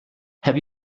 have